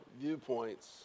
viewpoints